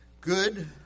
good